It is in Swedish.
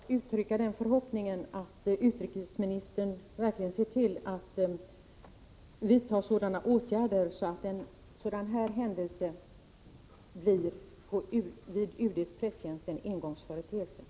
Fru talman! Jag vill än en gång uttrycka den förhoppningen, att utrikesministern verkligen ser till att det vidtas åtgärder, så att en sådan här händelse vid UD:s presstjänst blir en engångsföreteelse.